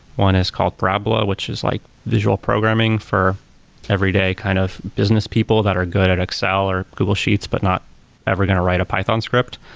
one is called parabola, which is like visual visual programming for everyday kind of business people that are good at excel, or google sheets, but not ever going to write a python script.